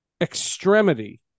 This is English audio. extremity